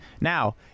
Now